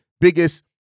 biggest